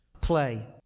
Play